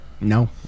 No